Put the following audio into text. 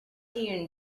you